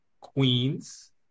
Queens